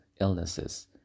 illnesses